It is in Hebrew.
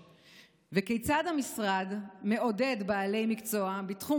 2. כיצד המשרד מעודד בעלי מקצוע בתחום